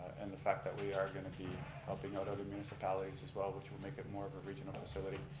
and the fact that we are going to be helping out other municipalities as well, which will make it more of a regional facility.